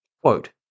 quote